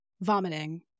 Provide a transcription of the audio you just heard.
vomiting